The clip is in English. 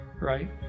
right